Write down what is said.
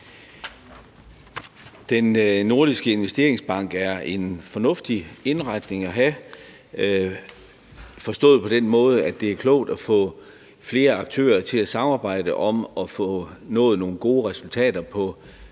Den Nordiske Investeringsbank er en fornuftig indretning at have, forstået på den måde, at det er klogt at få flere aktører til at samarbejde om at få nået nogle gode resultater på